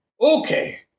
Okay